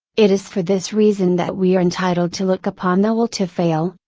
it is for this reason that we are entitled to look upon the will to fail,